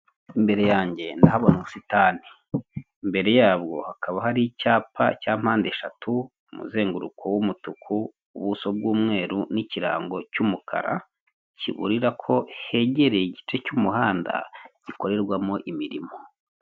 Imbere yanjye ndahabona ubusitani. Imbere yabwo hakaba hari icyapa cya mpande eshatu, umuzenguruko w'umutuku, ubuso bw'umweru n'ikirango cy'umukara kiburira ko hegereye igice cy'umuhanda gikorerwamo imirimo.